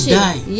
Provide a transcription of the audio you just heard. die